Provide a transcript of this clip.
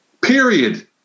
period